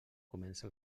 comença